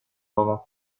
moment